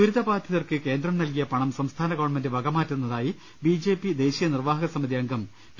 ദുരിതബാധിതർക്ക് കേന്ദ്രം നൽകിയ പണം സംസ്ഥാന ഗവൺമെന്റ് വക മാറ്റുന്നതായി ബി ജെ പി ദേശീയ നിർവാഹകസമിതി അംഗം പി